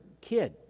kid